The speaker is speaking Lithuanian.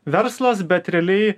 verslas bet realiai